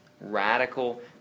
Radical